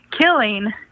killing